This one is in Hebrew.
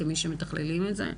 כמי שמתכללים את זה.